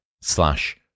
slash